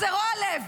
אז זה רוע לב.